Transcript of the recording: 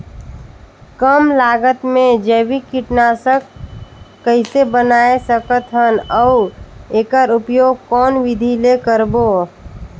कम लागत मे जैविक कीटनाशक कइसे बनाय सकत हन अउ एकर उपयोग कौन विधि ले करबो?